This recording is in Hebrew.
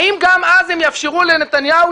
האם גם אז הם יאפשרו לנתניהו,